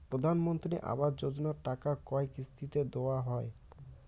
প্রধানমন্ত্রী আবাস যোজনার টাকা কয় কিস্তিতে দেওয়া হয়?